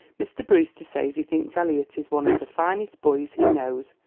mr. brewster says he thinks elliot is one of the finest boys he knows.